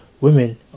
Women